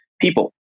people